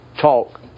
talk